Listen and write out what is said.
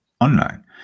online